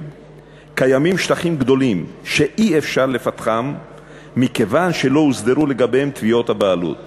קיימים שטחים גדולים שאי-אפשר לפתחם מכיוון שלא הוסדרו תביעות הבעלות